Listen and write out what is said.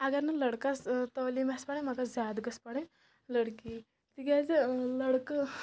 اگر نہٕ لٔڑکَس تعلیٖم آسہِ پَرٕنۍ مگر زیادٕ گٔژھ پَرٕنۍ لٔڑکی تِکیازِ لٔڑکہٕ